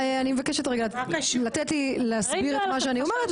אני מבקשת רגע לתת לי להסביר את מה שאני אומרת